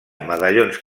medallons